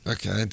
Okay